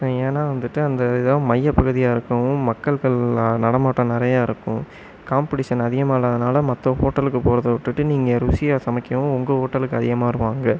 ஏன்னா வந்துவிட்டு அந்த இது தான் மைய்யப் பகுதியாக இருக்கவும் மக்கள்கள் நடமாட்டம் நிறையா இருக்கும் காம்படிஷன் அதிகமாக இல்லாதனால மற்ற ஹோட்டலுக்கு போறதை விட்டுவிட்டு நீங்கள் ருசியாக சமைக்கவும் உங்கள் ஹோட்டலுக்கு அதிகமாக வருவாங்க